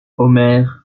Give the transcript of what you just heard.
omer